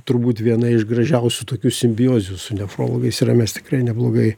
turbūt viena iš gražiausių tokių simbiozių su nefrologais yra mes tikrai neblogai